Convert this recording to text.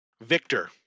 Victor